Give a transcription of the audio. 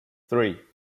three